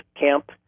camp